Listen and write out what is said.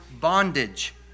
bondage